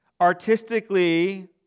Artistically